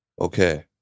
Okay